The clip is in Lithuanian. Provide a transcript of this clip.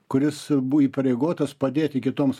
kuris buvo įpareigotas padėti kitoms